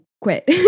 quit